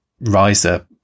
riser